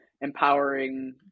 empowering